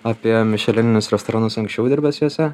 apie mišelininius restoranus anksčiau dirbęs juose